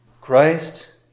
Christ